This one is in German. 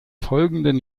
folgenden